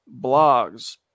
blogs